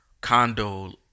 condo